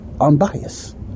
unbiased